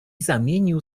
zamienił